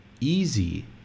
easy